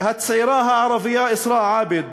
את הצעירה הערבייה אסראא עבד,